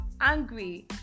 angry